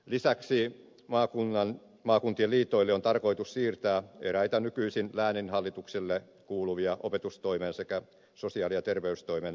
lisäksi maakuntien liitoille on tarkoitus siirtää eräitä nykyisin lääninhallituksille kuuluvia opetustoimen sekä sosiaali ja terveystoimen rakennerahastotehtäviä